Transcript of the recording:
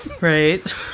Right